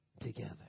together